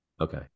Okay